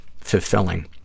fulfilling